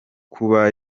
kuba